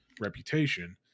reputation